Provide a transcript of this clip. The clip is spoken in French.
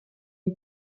une